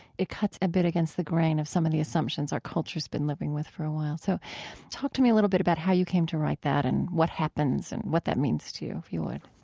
it cuts a bit against the grain of some of the assumptions our culture's been living with for a while. so talk to me a little bit about how you came to write that and what happens and what that means to you, if you would